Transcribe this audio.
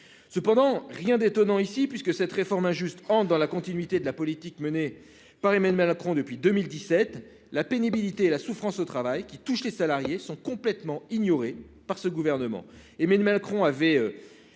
n'y a là rien d'étonnant : cette réforme injuste s'inscrit dans la continuité de la politique menée par Emmanuel Macron depuis 2017. La pénibilité et la souffrance au travail qui touchent les salariés sont complètement ignorées par ce gouvernement.